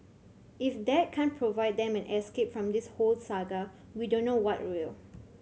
if that can't provide them an escape from this whole saga we don't know what will